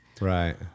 Right